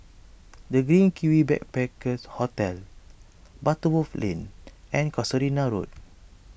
the Green Kiwi Backpacker Hostel Butterworth Lane and Casuarina Road